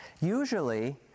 usually